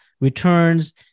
Returns